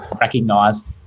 recognized